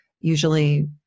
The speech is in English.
usually